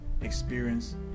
experience